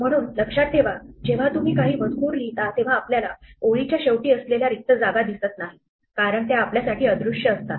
म्हणून लक्षात ठेवा जेव्हा तुम्ही काही मजकूर लिहिता तेव्हा आपल्याला ओळीच्या शेवटी असलेल्या रिक्त जागा दिसत नाही कारण त्या आपल्यासाठी अदृश्य असतात